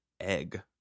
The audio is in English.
egg